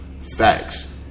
Facts